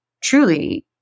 truly